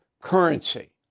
currency